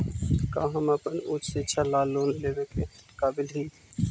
का हम अपन उच्च शिक्षा ला लोन लेवे के काबिल ही?